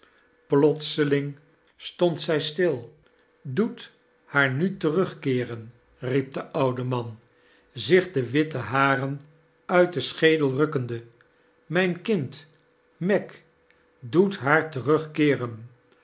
stond zij stil doet haar n u terugkeeren riep de oude man zich de witte haren uit deoi schedel rukkende mijii kind meg doet haar